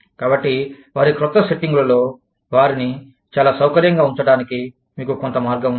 కాబట్టి వారి క్రొత్త సెట్టింగులలో వారిని చాలా సౌకర్యంగా ఉంచటానికి మీకు కొంత మార్గం ఉంది